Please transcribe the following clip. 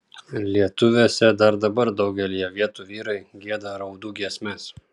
lietuviuose dar dabar daugelyje vietų vyrai gieda raudų giesmes